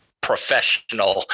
professional